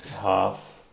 half